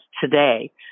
today